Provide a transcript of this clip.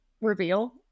reveal